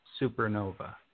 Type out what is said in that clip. Supernova